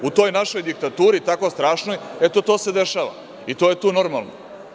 U toj našoj diktaturi tako strašnoj, eto, to se dešava i to je tu normalno.